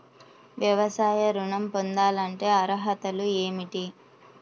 వ్యవసాయ ఋణం పొందాలంటే అర్హతలు ఏమిటి?